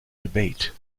debate